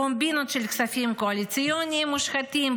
קומבינות של כספים קואליציוניים מושחתים,